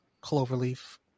Cloverleaf